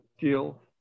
deal